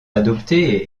adoptée